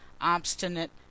obstinate